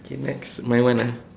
okay next my one ah